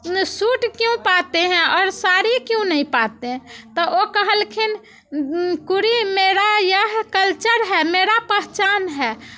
suit क्यों पाते हैं आओर साड़ी क्यों नही पाते तऽ ओ कहलखिन कुरी मेरा यह कल्चर है मेरा पहचान है